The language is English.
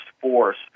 force